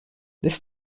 this